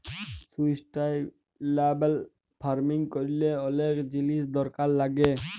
sustainable farming ক্যরলে অলেক জিলিস দরকার লাগ্যে